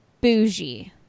bougie